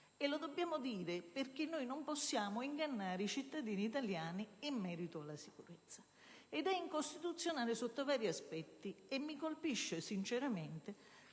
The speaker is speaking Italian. e lo dobbiamo dire perché non possiamo ingannare i cittadini italiani in merito alla sicurezza. Esso è incostituzionale sotto vari aspetti e mi colpisce sinceramente